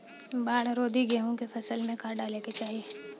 बाढ़ रोधी गेहूँ के फसल में का डाले के चाही?